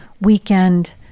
weekend